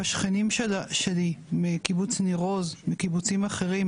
השכנים שלי מקיבוץ ניר עוז ומקיבוצים אחרים,